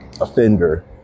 offender